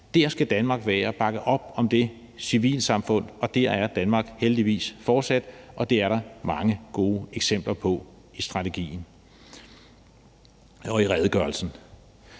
Der skal Danmark være og bakke op om det civilsamfund, og der er Danmark heldigvis fortsat, og det er der mange gode eksempler på i strategien og i redegørelsen.